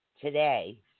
today